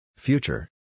Future